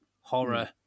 horror